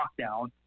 lockdown